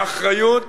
האחריות